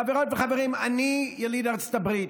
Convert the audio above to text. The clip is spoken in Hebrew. חברות וחברים, אני יליד ארצות הברית.